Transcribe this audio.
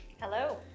Hello